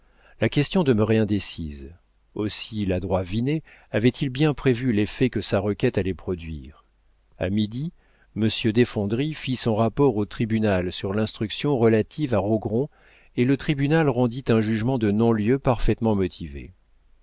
la question demeurait indécise aussi l'adroit vinet avait-il bien prévu l'effet que sa requête allait produire a midi monsieur desfondrilles fit son rapport au tribunal sur l'instruction relative à rogron et le tribunal rendit un jugement de non-lieu parfaitement motivé